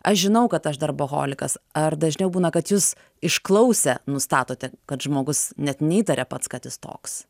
aš žinau kad aš darboholikas ar dažniau būna kad jūs išklausę nustatote kad žmogus net neįtaria pats kad jis toks